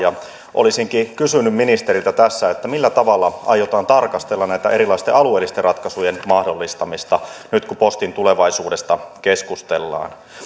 olisinkin kysynyt ministeriltä tässä millä tavalla aiotaan tarkastella erilaisten alueellisten ratkaisujen mahdollistamista nyt kun postin tulevaisuudesta keskustellaan